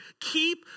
Keep